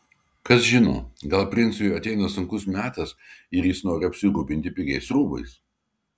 kas žino gal princui ateina sunkus metas ir jis nori apsirūpinti pigiais rūbais